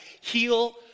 heal